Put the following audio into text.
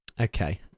Okay